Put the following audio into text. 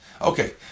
Okay